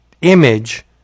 image